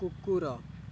କୁକୁର